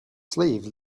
sleeve